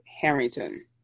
Harrington